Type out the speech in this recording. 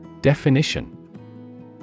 Definition